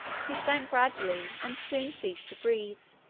he sank gradually, and soon ceased to breathe.